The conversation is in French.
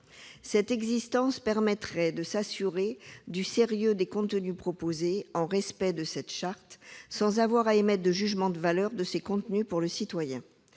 Cette existence permettrait de s'assurer du sérieux des contenus proposés, en respect de la charte, sans avoir à émettre de jugement de valeur de ces contenus pour le citoyen.